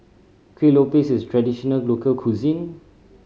Kueh Lopes is a traditional local cuisine